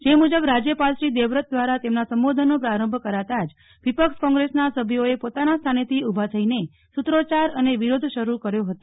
જે મુજબ રાજ્યપાલશ્રી દેવવ્રત દ્વારા તેમના સંબોધનનો પ્રારંભ કરાતા જ વિપક્ષ કોંગ્રેસ ના સભ્યોએ પોતાનાસ્થાને થી ઉભા થઈને સૂત્રો ચાર અને વિરોધ શરૂ કર્યો હતો